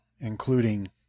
including